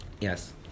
Yes